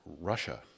Russia